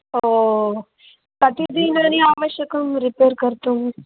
ओ कति दिनानि आवश्यकं रिपेर् कर्तुं